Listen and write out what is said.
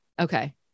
okay